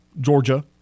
Georgia